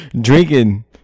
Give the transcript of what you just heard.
Drinking